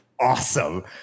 awesome